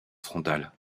frontale